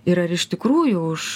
ir ar iš tikrųjų už